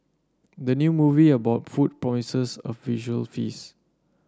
the new movie about food promises a visual feast